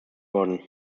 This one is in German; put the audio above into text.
worden